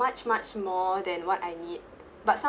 much much more than what I need but